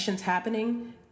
happening